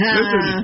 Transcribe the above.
listen